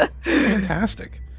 Fantastic